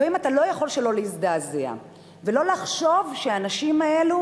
לפעמים אתה לא יכול שלא להזדעזע ולא לחשוב שהאנשים האלו,